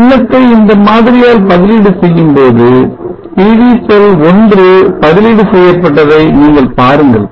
சின்னத்தை இந்தமாதிரியால் பதிலீடு செய்யும்போது PV செல் 1 பதிலீடு செய்யப்பட்டதை நீங்கள் பாருங்கள்